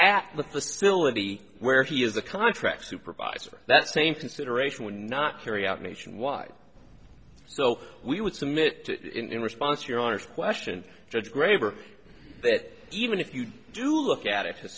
at the facility where he is a contract supervisor that same consideration would not carry out nationwide so we would submit in response to your honor's question judge graver that even if you do look at it